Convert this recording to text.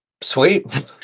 sweet